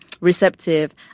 receptive